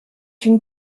une